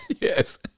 Yes